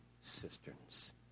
cisterns